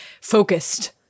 Focused